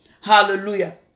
Hallelujah